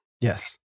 Yes